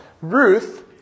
Ruth